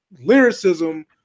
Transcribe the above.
lyricism